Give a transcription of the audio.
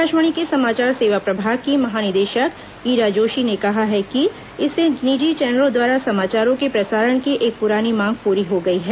आकाशवाणी के समाचार सेवा प्रभाग की महानिदेशक ईरा जोशी ने कहा कि इससे निजी चैनलों द्वारा समाचारों के प्रसारण की एक पुरानी मांग पूरी हो गई है